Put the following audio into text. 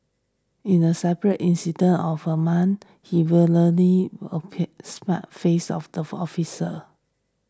in a separate incident of a month he the face of the officer